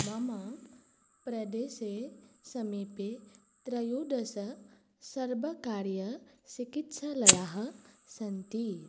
मम प्रदेशे समीपे त्रयोदशसर्वकारीयचिकित्सालयाः सन्ति